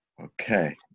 Okay